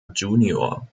junior